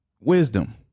wisdom